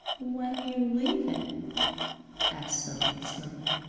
when you leavin'? asked sophy, slowly.